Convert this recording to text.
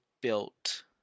built